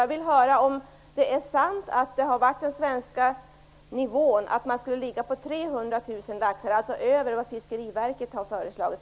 Jag vill höra om det är sant att den svenska nivån har varit 300 000 laxar, alltså över vad bl.a. Fiskeriverket har föreslagit.